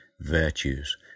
virtues